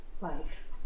life